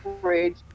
fridge